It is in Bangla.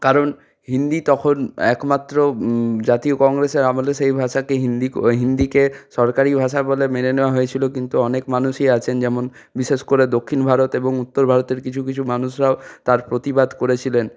কারণ হিন্দি তখন একমাত্র জাতীয় কংগ্রেসের আমলে সেই ভাষাকে হিন্দি হিন্দিকে সরকারি ভাষা বলে মেনে নেওয়া হয়েছিলো কিন্তু অনেক মানুষই আছেন যেমন বিশেষ করে দক্ষিণ ভারত এবং উত্তর ভারতের কিছু কিছু মানুষরাও তার প্রতিবাদ করেছিলেন